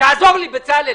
מה אתה מציע לעשות?